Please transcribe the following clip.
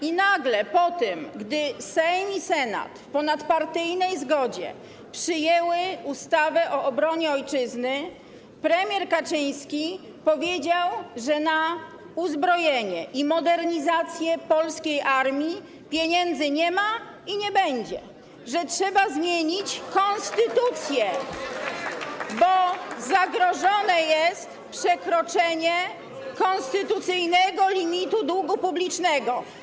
I nagle po tym, gdy Sejm i Senat w wyniku ponadpartyjnej zgody przyjęły ustawę o obronie Ojczyzny, premier Kaczyński powiedział, że na uzbrojenie i modernizację polskiej armii pieniędzy nie ma i nie będzie, że trzeba zmienić konstytucję, bo jest zagrożenie przekroczeniem konstytucyjnego limitu długu publicznego.